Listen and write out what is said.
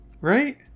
Right